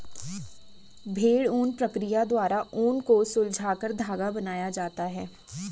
भेड़ ऊन प्रक्रिया द्वारा ऊन को सुलझाकर धागा बनाया जाता है